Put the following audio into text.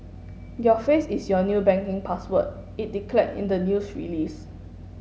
your face is your new banking password it declared in the news release